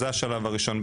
זה השלב הראשון.